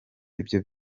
ibyo